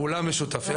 כולנו משדרים באותו גל.